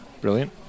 Brilliant